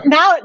Now